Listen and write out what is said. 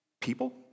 people